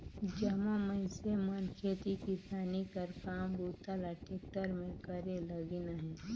जम्मो मइनसे मन खेती किसानी कर काम बूता ल टेक्टर मे करे लगिन अहे